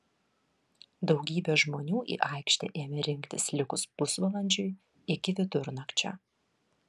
daugybė žmonių į aikštę ėmė rinktis likus pusvalandžiui iki vidurnakčio